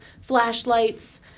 flashlights